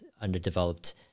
underdeveloped